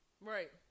right